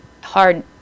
hard